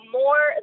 more